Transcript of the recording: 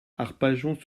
arpajon